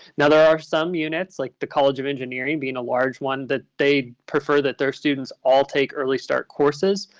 and there are some units like the college of engineering being a large one that they prefer that their students all take early start courses,